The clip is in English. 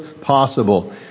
possible